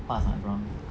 sampah sia dorang